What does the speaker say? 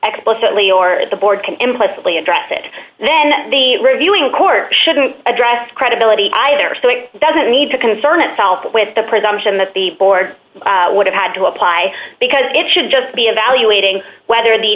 explicitly or the board can implicitly address it and then the reviewing court shouldn't address credibility either so it doesn't need to concern itself with the presumption that the board would have had to apply because it should just be evaluating whether the